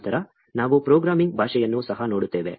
ನಂತರ ನಾವು ಪ್ರೋಗ್ರಾಮಿಂಗ್ ಭಾಷೆಯನ್ನು ಸಹ ನೋಡುತ್ತೇವೆ